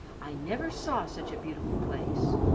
i never saw such a beautiful place.